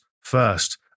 first